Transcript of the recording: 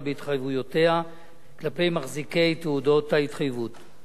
בהתחייבויותיה כלפי מחזיקי תעודות ההתחייבות.